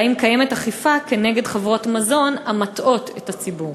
והאם קיימת אכיפה כנגד חברות מזון המטעות את הציבור?